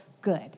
good